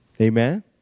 Amen